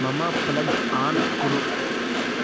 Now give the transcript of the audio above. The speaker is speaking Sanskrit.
मम प्लग् आन् कुरु